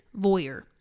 voyeur